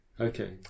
Okay